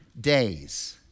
days